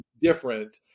different